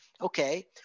okay